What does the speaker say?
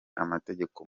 amategeko